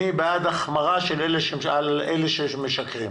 אני בעד החמרה על אלה שמשקרים.